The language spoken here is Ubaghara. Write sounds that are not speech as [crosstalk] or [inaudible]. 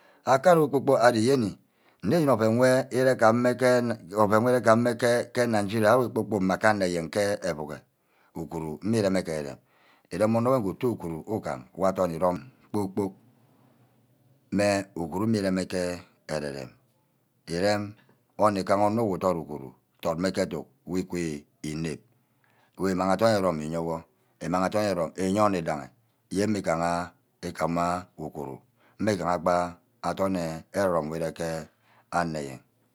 Akari-kpor-kpork ari yeni nne won aven wu íre [hesitation] nigeria ewe kpor-kpork mma ke eyen ke euuro. uguru mme reme ke ere-rem îrem onor wor utu uguru ugam wa adorn îrome kpor-kpork mme uguru mme rem ke ere-rem. írem-onor igaha onor who dot uguru dot mme ke aduck wi ku înep. wor îmang adorn erome-rome iye wor. îmaang adorn erome-rome íye anor îdaghi yen mmígaha. igama uguru. ímí gaha gba adorn are-rome ke anor eyen